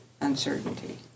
uncertainty